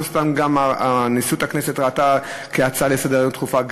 לא סתם נשיאות הכנסת ראתה את זה כהצעה דחופה לסדר-היום,